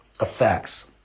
effects